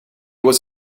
was